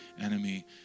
enemy